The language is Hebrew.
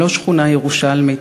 הם לא שכונה ירושלמית.